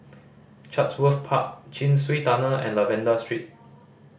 Chatsworth Park Chin Swee Tunnel and Lavender Street